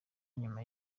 nyuma